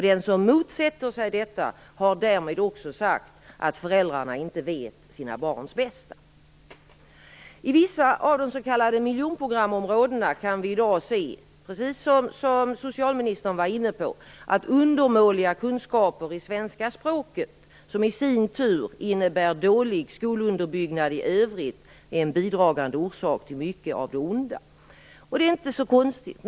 Den som motsätter sig detta har därmed också sagt att föräldrarna inte vet sina barns bästa. I vissa av de s.k. miljonprogramområdena kan vi i dag se, precis som socialministern nämnde, att undermåliga kunskaper i svenska språket, som i sin tur innebär dålig skolunderbyggnad i övrigt, är en bidragande orsak till mycket av det onda. Det är inte så konstigt.